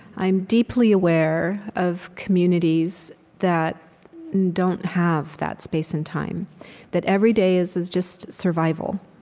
i'm deeply aware of communities that don't have that space and time that every day is is just survival.